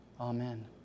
amen